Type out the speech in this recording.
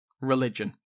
Religion